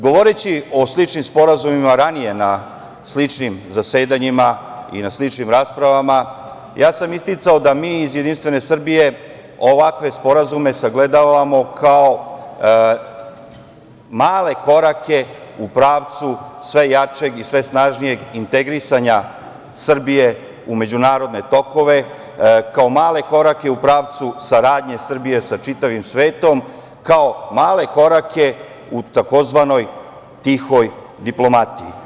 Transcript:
Govoreći o sličnim sporazumima ranije na sličnim zasedanjima i na sličnim raspravama, ja sam isticao da mi iz JS ovakve sporazume sagledavamo kao male korake u pravcu sve jačeg i sve snažnijeg integrisanja Srbije u međunarodne tokove kao male korake u pravcu saradnje Srbije sa čitavim svetom, kao male korake u tzv. tihoj diplomatiji.